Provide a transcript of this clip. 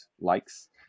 likes